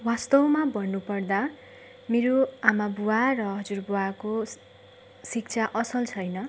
वास्तवमा भन्नु पर्दा मेरो आमा बुवा र हजुरबुवाको शिक्षा असल छैन